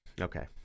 Okay